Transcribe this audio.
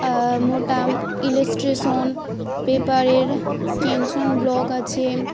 মোটাম illustration পেপারের connection blog আছে